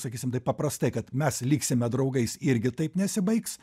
sakysim taip paprastai kad mes liksime draugais irgi taip nesibaigs